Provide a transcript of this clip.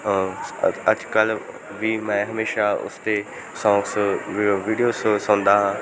ਅੱਜ ਕੱਲ੍ਹ ਵੀ ਮੈਂ ਹਮੇਸ਼ਾ ਉਸ 'ਤੇ ਸੌਂਗਸ ਵੀਡਿਓਸ ਸੁਣਦਾ ਹਾਂ